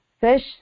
fish